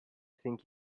think